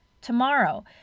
tomorrow